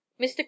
Mr